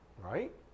right